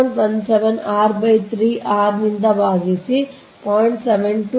177 r 3 r ನಿಂದ ಭಾಗಿಸಿ 0